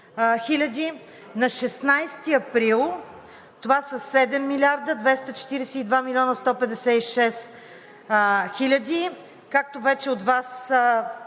на 16 април – това са 7 милиарда 242 милиона 156 хиляди. Както вече от Вас е